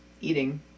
eating